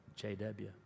JW